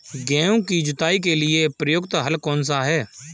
गेहूँ की जुताई के लिए प्रयुक्त हल कौनसा है?